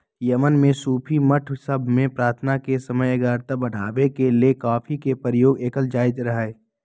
Yemen में सूफी मठ सभ में प्रार्थना के समय एकाग्रता बढ़ाबे के लेल कॉफी के प्रयोग कएल जाइत रहै